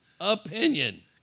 opinion